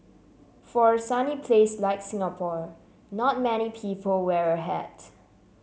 for a sunny place like Singapore not many people wear a hat